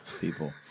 people